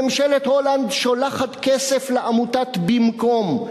ממשלת הולנד שולחת כסף לאגודת "במקום",